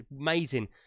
amazing